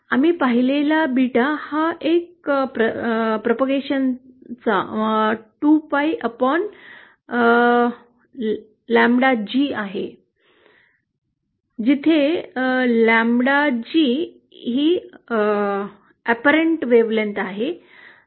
आम्ही पाहिलेला बीटा हा एक प्रकारचा 2 pi अपॉन लांबडा g आहे जिथे लॅम्ब्डा जी ही स्पष्ट तरंगलांबी आहे